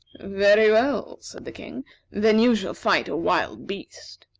very well, said the king then you shall fight a wild beast.